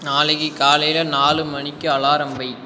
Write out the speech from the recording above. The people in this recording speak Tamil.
நாளைக்கு காலையில் நாலு மணிக்கு அலாரம் வை